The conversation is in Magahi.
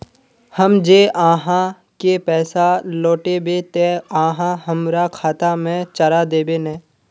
हम जे आहाँ के पैसा लौटैबे ते आहाँ हमरा खाता में चढ़ा देबे नय?